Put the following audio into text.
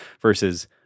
versus